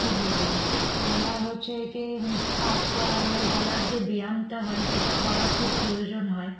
কী বলবো গলার হচ্ছে একে কাজ করা মানে গলার যে ব্যায়ামটা হয় সেটা করা খুব প্রয়োজন হয়